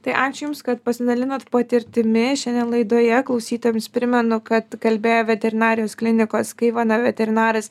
tai ačiū jums kad pasidalinot patirtimi šiandien laidoje klausytojams primenu kad kalbėjo veterinarijos klinikos kaivana veterinaras